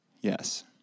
Yes